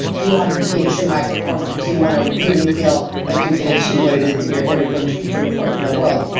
do you want to be a true high-performer, do you want to really feel like you could achieve what it is that you're here to bring to bring forth in the world,